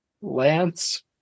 Lance